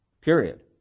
period